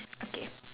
okay